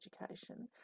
education